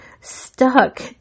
stuck